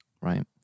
right